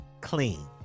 clean